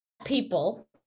people